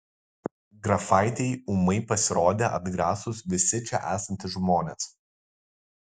grafaitei ūmai pasirodė atgrasūs visi čia esantys žmonės